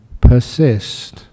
persist